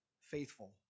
faithful